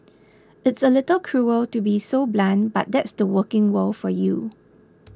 it's a little cruel to be so blunt but that's the working world for you